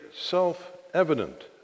self-evident